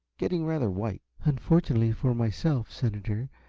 getting rather white. unfortunately for myself, senator,